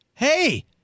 hey